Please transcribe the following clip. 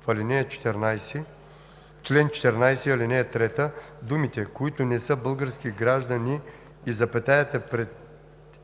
допълнения: 1. В чл. 14, ал. 3 думите „които не са български граждани“ и запетаята пред